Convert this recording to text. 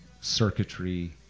circuitry